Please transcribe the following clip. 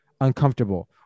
uncomfortable